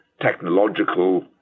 technological